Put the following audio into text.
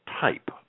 type